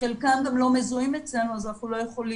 חלקם גם לא מזוהים אצלנו אז אנחנו לא יכולים